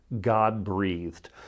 God-breathed